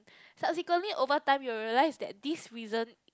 subsequently over time you will realise that this reason